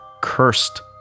cursed